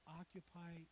occupy